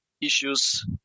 issues